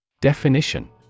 Definition